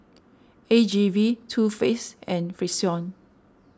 A G V Too Faced and Frixion